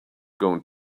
going